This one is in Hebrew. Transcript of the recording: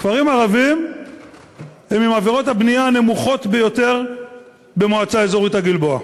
כפרים ערביים הם עם עבירות הבנייה המעטות ביותר במועצה אזורית גלבוע.